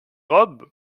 robe